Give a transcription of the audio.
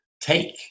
take